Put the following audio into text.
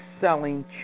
selling